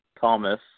Thomas